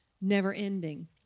never-ending